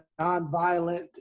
nonviolent